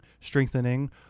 strengthening